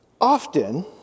Often